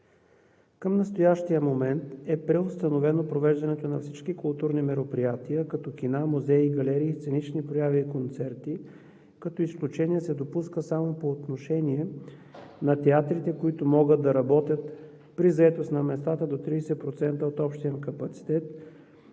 Към настоящия момент е преустановено провеждането на всички културни мероприятия – кина, музеи, галерии, сценични прояви и концерти, като изключение се допуска само по отношение на театрите, които могат да работят при заетост на местата до 30% от общия им капацитет;